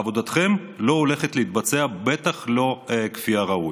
עבודתכם לא הולכת להתבצע, בטח לא כפי הראוי.